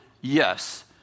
Yes